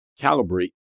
calibrate